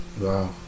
Wow